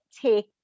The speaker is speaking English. take